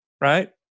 Right